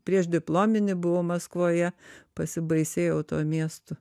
prieš diplominį buvau maskvoje pasibaisėjau tuo miestu